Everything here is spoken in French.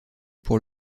pour